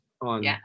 on